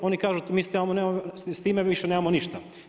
Oni kažu, mi s time više nemamo ništa.